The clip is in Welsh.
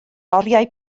oriau